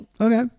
okay